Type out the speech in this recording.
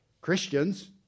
Christians